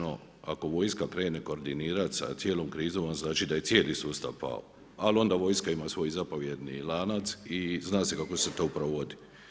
Ako vojska krene koordinirati sa cijelom krizom znači da je cijeli sustav pao, ali onda vojska ima svoju zapovjedni lanac i zna se kako se to provodi.